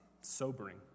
sobering